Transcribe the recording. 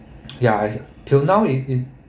ya I till now it it